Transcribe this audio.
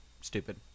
stupid